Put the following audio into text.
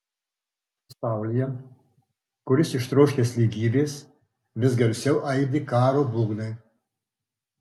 pasaulyje kuris ištroškęs lygybės vis garsiau aidi karo būgnai